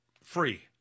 Free